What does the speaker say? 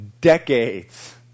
decades